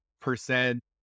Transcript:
percent